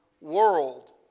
world